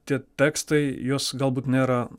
tie tekstai juos galbūt nėra